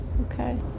Okay